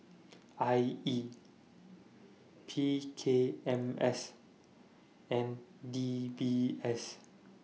I E P K M S and D B S